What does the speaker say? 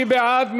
מי בעד?